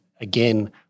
again